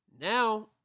now